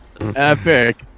epic